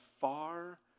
far